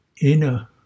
inner